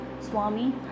Swami